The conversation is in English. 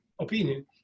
opinion